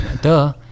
duh